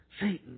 Satan